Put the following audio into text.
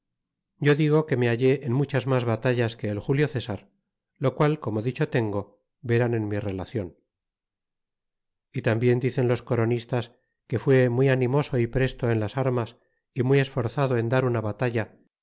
yo digo que me hallé en muchas mas batallas que el julio cesar lo qual como dicho tengo verán en mi relacion y tambien dicen los coronistas que fue muy animoso y presto en las armas y muy esforzado en dar una batalla